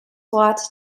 watt